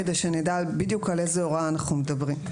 כדי שנדע בדיוק על איזו הוראה אנחנו מדברים.